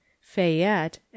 Fayette